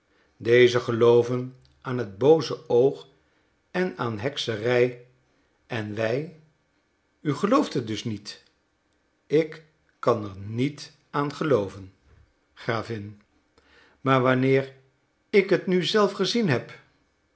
deze gelooven aan het booze oog en aan hekserij en wij u gelooft het dus niet ik kan er niet aan gelooven gravin maar wanneer ik het nu zelf gezien heb